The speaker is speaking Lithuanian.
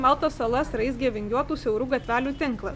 maltos salas raizgė vingiuotų siaurų gatvelių tinklas